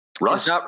Russ